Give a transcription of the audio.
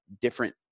different